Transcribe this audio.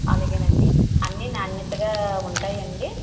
అలాగే నండి అన్నీ నాణ్యతగా ఉంటాయా అండి